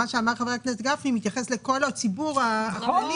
מה שאמר חבר הכנסת גפני מתייחס לכל הציבור הכללי.